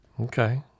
Okay